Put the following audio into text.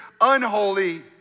unholy